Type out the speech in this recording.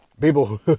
People